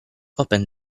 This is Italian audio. open